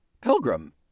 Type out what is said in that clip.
pilgrim